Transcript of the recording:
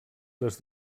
les